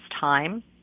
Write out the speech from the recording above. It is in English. time